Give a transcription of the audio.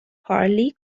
پارلی